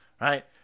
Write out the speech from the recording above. right